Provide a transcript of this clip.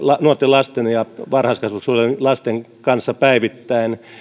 nuorten lasten ja varhaiskasvatuksessa olevien lasten kanssa päivittäin